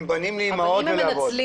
הם בנים לאימהות ולאבות.